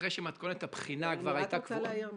אחרי שמתכונת הבחינה --- אני רק רוצה להעיר משהו.